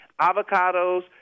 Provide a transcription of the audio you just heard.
avocados